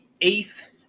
eighth